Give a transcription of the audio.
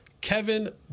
Kevin